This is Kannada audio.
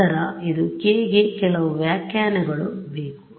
ನಂತರ ಇದು k ಗೆ ಕೆಲವು ವ್ಯಾಖ್ಯಾನಗಳು ಬೇಕು